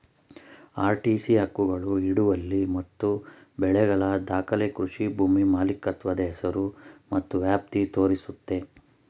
RTC ಹಕ್ಕುಗಳು ಹಿಡುವಳಿ ಮತ್ತು ಬೆಳೆಗಳ ದಾಖಲೆ ಕೃಷಿ ಭೂಮಿ ಮಾಲೀಕತ್ವದ ಹೆಸರು ಮತ್ತು ವ್ಯಾಪ್ತಿ ತೋರಿಸುತ್ತೆ